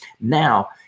Now